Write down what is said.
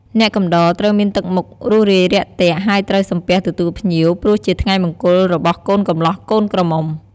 អ្នកកំដរត្រូវមានទឹកមុខរួសរាយរាក់ទាក់ ហើយត្រូវសំពះទទួលភ្ញៀវ ព្រោះជាថ្ងៃមង្គលរបស់កូនកម្លោះកូនក្រមុំ ។